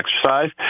exercise